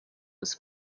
was